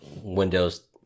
Windows